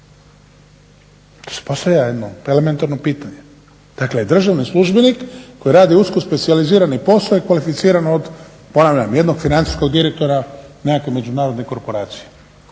Tu se postavlja jedno elementarno pitanje. Dakle državni službenik koji radi usko specijalizirani posao je kvalificiran od ponavljam jednog financijskog direktora nekakve međunarodne korporacije.